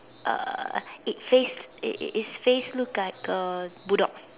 uh it's face it it it's face look like a bull dog